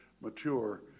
mature